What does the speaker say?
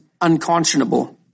unconscionable